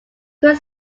could